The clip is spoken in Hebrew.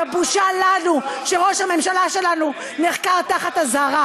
זו בושה לנו שראש הממשלה שלנו נחקר תחת אזהרה.